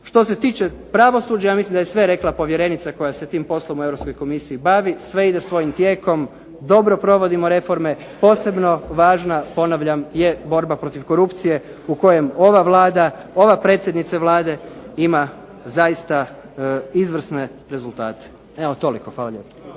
Što se tiče pravosuđa, ja mislim da je sve rekla povjerenica koja se tim poslom u Europskoj Komisiji bavi, sve ide svojim tijekom, dobro provodimo reforme, posebno važna, ponavljam, je borba protiv korupcije, u kojem ova Vlada, ova predsjednica Vlade ima zaista izvrsne rezultate. Evo toliko. Hvala lijepa.